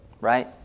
right